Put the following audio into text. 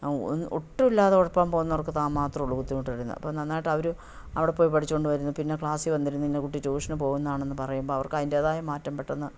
ഒട്ടും ഇല്ലാതെ ഉഴപ്പാൻ പോകുന്നവർക്ക് താൻ മാത്രമേയുള്ളു ബുദ്ധിമുട്ട് വരുന്ന ഇപ്പം നന്നായിട്ട് അവർ അവിടെ പോയി പഠിച്ചത് കൊണ്ട് വരുന്നു പിന്നെ ക്ലാസിൽ വന്നിരുന്ന് ഇന്ന കുട്ടി ട്യൂഷന് പോകുന്നതാണെന്ന് പറയുമ്പം അവർക്ക് അതിൻ്റേതായ മാറ്റം പെട്ടെന്ന്